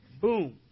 Boom